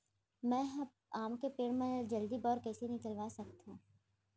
मैं ह आम के पेड़ मा जलदी बौर कइसे निकलवा सकथो?